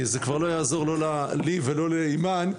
זה כבר לא יעזור לא לי ולא לאימאן,